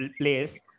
place